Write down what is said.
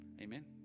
Amen